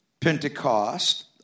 Pentecost